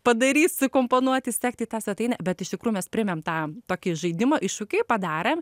padaryt sukomponuoti sekti tą svetainę bet iš tikrųjų mes priėmėm tą tokį žaidimo iššūkį padarėm